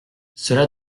cela